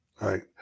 right